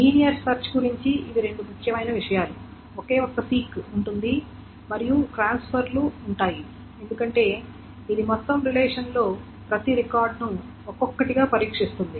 linear search గురించి ఇవి రెండు ముఖ్యమైన విషయాలు ఒకే ఒక్క సీక్ ఉంది మరియు ట్రాన్స్ఫర్లు ఉన్నాయి ఎందుకంటే ఇది మొత్తం రిలేషన్ లో ప్రతి రికార్డును ఒక్కొక్కటిగా పరీక్షిస్తుంది